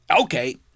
Okay